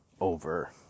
over